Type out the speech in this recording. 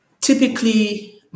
typically